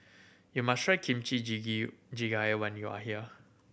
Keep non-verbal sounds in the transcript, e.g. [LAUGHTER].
you must try Kimchi [UNINTELLIGIBLE] Jjigae when you are here